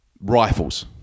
rifles